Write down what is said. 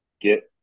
get